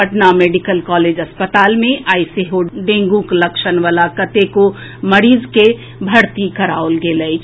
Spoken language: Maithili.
पटना मेडिकल कॉलेज अस्पताल मे आइ सेहो डेंगूक लक्षण वला कतेको मरीज के भर्ती कराओल गेल अछि